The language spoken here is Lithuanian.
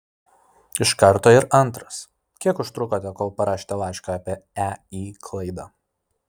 iš karto ir antras kiek užtrukote kol parašėte laišką apie ei klaidą